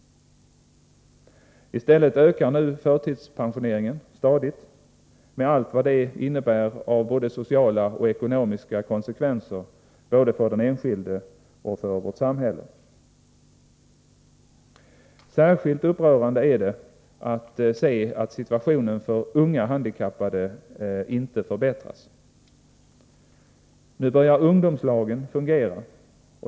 I stället ökar förtidspensioneringar stadigt, med allt vad det innebär socialt och ekonomiskt för både den enskilde och vårt samhälle. Särskilt upprörande är det att se att situationen för unga handikappade inte förbättras. Nu börjar ungdomslagen fungera.